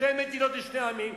שתי מדינות לשני עמים,